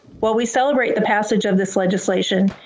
while we celebrate the passage of this legislation,